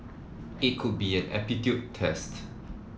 it could be an aptitude test